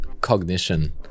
cognition